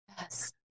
Yes